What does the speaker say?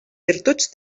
virtuts